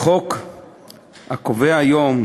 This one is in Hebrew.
החוק הקובע היום,